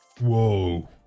whoa